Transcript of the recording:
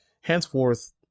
henceforth